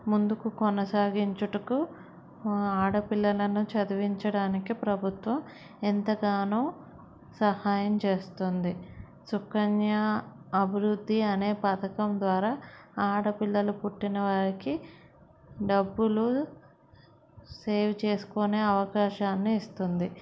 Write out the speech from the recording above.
ముందుకు కొనసాగించుటకు ఆడపిల్లలను చదివించడానికి ప్రభుత్వం ఎంతగానో సహాయం చేస్తుంది సుకన్య అభివృద్ధి అనే పథకం ద్వారా ఆడపిల్లలు పుట్టిన వారికి డబ్బులు సేవ్ చేసుకునే అవకాశాన్ని ఇస్తుంది